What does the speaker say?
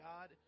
God